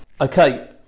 Okay